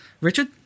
Richard